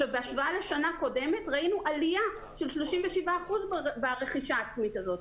בהשוואה לשנה קודמת ראינו עלייה של 37% ברכישה העצמית הזאת,